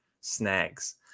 snags